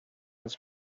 his